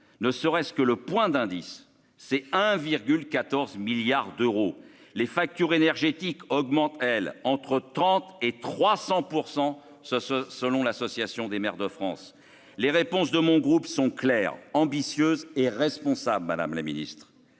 ne serait-ce que le point d'indice, c'est 1,14 milliards d'euros les factures énergétiques augmentent elle entre 30 et 300 % ça se selon l'Association des maires de France, les réponses de mon groupe sont claires, ambitieuse et responsable Madame la Ministre,